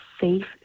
safe